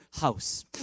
house